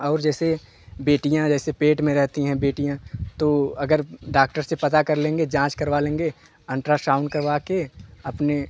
और जैसे बेटियाँ जैसे पेट में रहती हैं बेटियाँ तो तो अगर डॉक्टर से पता कर लेंगे जाँच करवा लेंगे अल्ट्रासाउंड करवाकर अपने